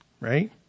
right